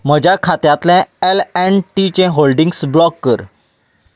म्हज्या खात्यांतलें L and टीचें चे होल्डिंग्स ब्लॉक कर